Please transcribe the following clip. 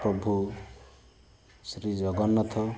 Prabhu Shri Jagannath